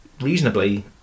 reasonably